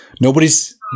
Nobody's